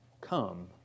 come